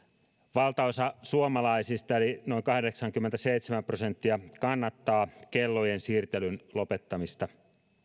valtaosa suomalaisista eli noin kahdeksankymmentäseitsemän prosenttia kannattaa kellojen siirtelyn lopettamista